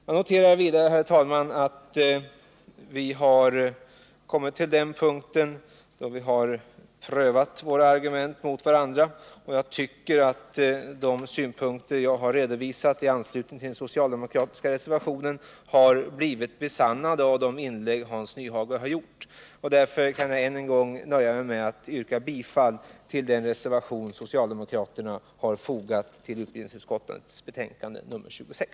Jag noterar vidare, herr talman, att vi har kommit till den punkt då vi har prövat våra argument mot varandra. Jag tycker att de synpunkter som jag har redovisat i anslutning till den socialdemokratiska reservationen har bekräftats av de inlägg som Hans Nyhage har gjort. Därför kan jag än en gång nöja mig med att yrka bifall till den reservation som socialdemokraterna har fogat till utbildningsutskottets betänkande nr 26.